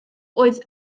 oedd